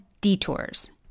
detours